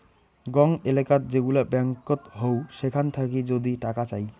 গং এলেকাত যেগুলা ব্যাঙ্কত হউ সেখান থাকি যদি টাকা চাই